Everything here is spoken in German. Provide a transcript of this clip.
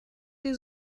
die